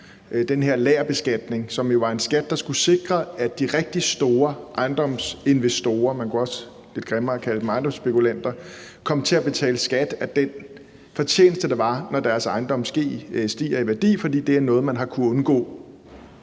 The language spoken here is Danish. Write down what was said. den her lagerbeskatning, som jo var en skat, der skulle sikre, at de rigtig store ejendomsinvestorer, som man også lidt grimmere kunne kalde ejendomsspekulanter, kom til at betale skat af den fortjeneste, der er, når deres ejendomme stiger i værdi. For det var noget, man kunne undgå.